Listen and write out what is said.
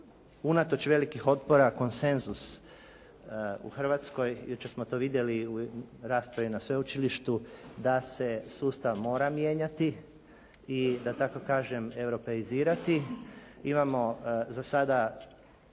unatoč velikih otpora konsenzus u Hrvatskoj, jučer smo to vidjeli u raspravi na sveučilištu, da se sustav mora mijenjati i da tako kažem europeizirati.